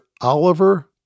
Oliver